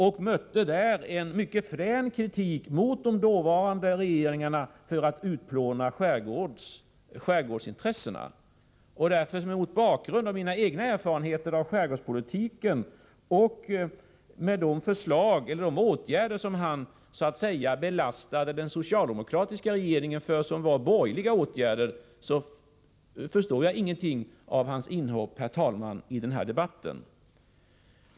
Där mötte jag en mycket frän kritik mot de dåvarande regeringarna, för att de utplånade skärgårdsintressena. Mot bakgrund av mina egna erfarenheter av skärgårdspolitiken och att de åtgärder som Pär Granstedt lastade den socialdemokratiska regeringen för var borgerliga åtgärder, förstår jag ingenting av hans inhopp i denna debatt, herr talman.